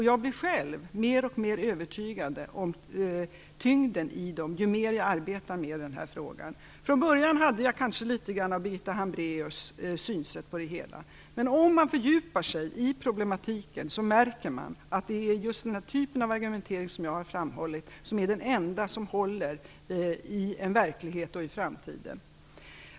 Jag blir själv alltmer övertygad om tyngden av dem ju mer jag arbetar med den här frågan. Från början hade jag kanske litet grand av Birgitta Hambraeus synsätt på det hela. Men om man fördjupar sig i problematiken märker man att just den typen av argumentering som jag har framhållit är den enda som håller i en verklighet och i framtiden.